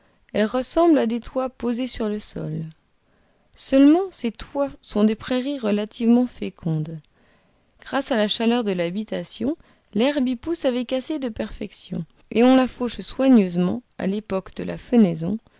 elles ressemblent à des toits posés sur le sol seulement ces toits sont des prairies relativement fécondes grâce à la chaleur de l'habitation l'herbe y pousse avec assez de perfection et on la fauche soigneusement à l'époque de la fenaison